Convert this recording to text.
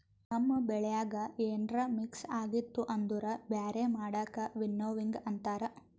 ನಮ್ ಬೆಳ್ಯಾಗ ಏನ್ರ ಮಿಕ್ಸ್ ಆಗಿತ್ತು ಅಂದುರ್ ಬ್ಯಾರೆ ಮಾಡದಕ್ ವಿನ್ನೋವಿಂಗ್ ಅಂತಾರ್